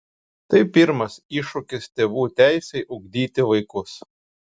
tai pirmas iššūkis tėvų teisei ugdyti vaikus